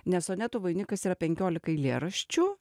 nes sonetų vainikas yra penkiolika eilėraščių